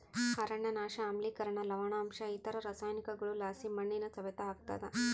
ಅರಣ್ಯನಾಶ ಆಮ್ಲಿಕರಣ ಲವಣಾಂಶ ಇತರ ರಾಸಾಯನಿಕಗುಳುಲಾಸಿ ಮಣ್ಣಿನ ಸವೆತ ಆಗ್ತಾದ